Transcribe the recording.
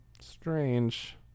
strange